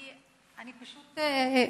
אני פשוט,